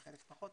בחלק פחות,